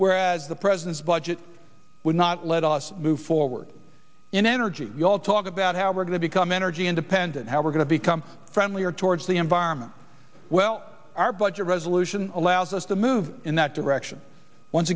whereas the president's budget would not let us move forward in energy you all talk about how we're going to become energy independent how we're going to become friendlier towards the environment well our budget resolution allows us to move in that direction once